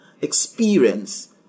experience